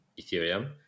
ethereum